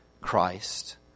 Christ